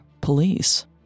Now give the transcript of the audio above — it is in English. police